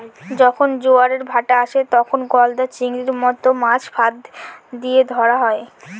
যখন জোয়ারের ভাঁটা আসে, তখন গলদা চিংড়ির মত মাছ ফাঁদ দিয়ে ধরা হয়